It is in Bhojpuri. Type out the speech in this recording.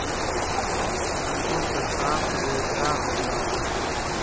सुद्ध साफ रेसा होला